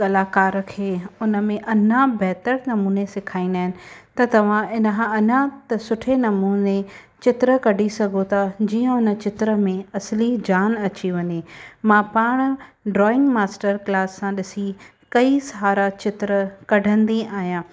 कलाकार खे उन में अञा बहितर नमूने सेखारींदा आहिनि त तव्हां इनखां अञा त सुठे नमूने चित्र कढी सघो था जीअं हुन चित्र में असली जान अची वञे मां पाण ड्रॉइंग मास्टर क्लासां ॾिसी कई सारा चित्र कढंदी आहियां